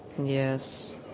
Yes